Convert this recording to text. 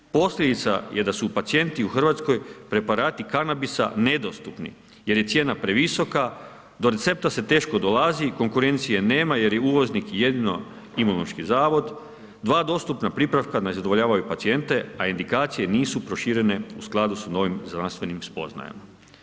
Posljedica je da su pacijentima u Hrvatskoj preparati kanabisa nedostupni jer je cijena previsoka, do recepta se teško dolazi, konkurencije nema jer je uvoznik jedino Imunološki zavod, dva dostupna pripravka ne zadovoljavaju pacijente a indikacije nisu proširene u skladu sa novim znanstvenim spoznajama.